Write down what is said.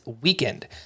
weekend